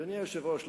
אדוני היושב-ראש,